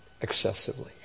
excessively